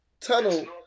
Tunnel